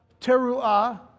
Teruah